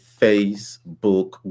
Facebook